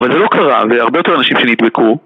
אבל זה לא קרה והרבה יותר אנשים שנדבקו